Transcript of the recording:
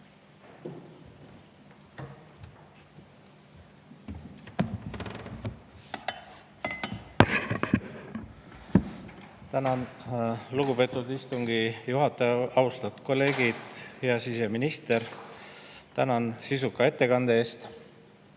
Tänan, lugupeetud istungi juhataja! Austatud kolleegid! Hea siseminister, tänan sisuka ettekande eest.